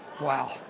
Wow